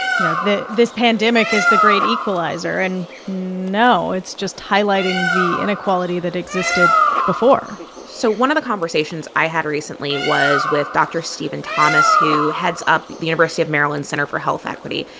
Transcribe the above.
you know, this pandemic is the great equalizer. and, no, it's just highlighting the inequality that existed before so one of the conversations i had recently was with dr. stephen thomas, who heads up the university of maryland center for health equity.